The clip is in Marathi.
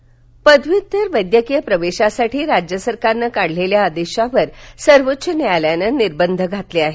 सर्वोच्च न्यायालय पदव्युत्तर वैद्यकीय प्रवेशासाठी राज्य सरकारनं काढलेल्या आदेशावर सर्वोच्च न्यायालयानं निर्बंध घातले आहेत